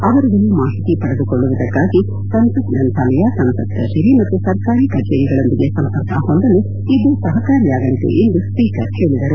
ಅವರುಗಳು ಮಾಹಿತಿ ಪಡೆದುಕೊಳ್ಳುವುದಕ್ಕಾಗಿ ಸಂಸತ್ ಗ್ರಂಥಾಲಯ ಸಂಸತ್ ಕಚೇರಿ ಮತ್ತು ಸರ್ಕಾರಿ ಕಚೇರಿಗಳೊಂದಿಗೆ ಸಂಪರ್ಕ ಹೊಂದಲು ಇದು ಸಹಕಾರಿಯಾಗಲಿದೆ ಎಂದು ಸ್ಪೀಕರ್ ಹೇಳಿದರು